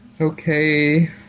Okay